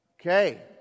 Okay